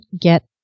get